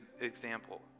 example